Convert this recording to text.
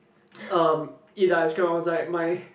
um eat the ice cream I was like my